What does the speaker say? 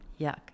Yuck